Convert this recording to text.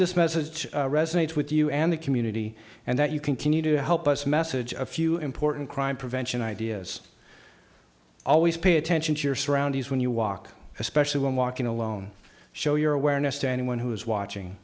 this message resonates with you and the community and that you continue to help us message of few important crime prevention ideas always pay attention to your surroundings when you walk especially when walking alone show your awareness to anyone who is watching